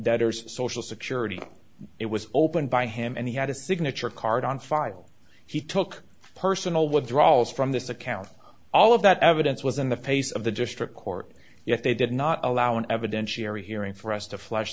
debtors social security it was opened by him and he had a signature card on file he took personal withdrawals from this account all of that evidence was in the face of the district court if they did not allow an evidentiary hearing for us to flesh